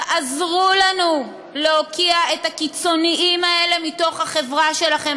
תעזרו לנו להוקיע את הקיצוניים האלה בחברה שלכם.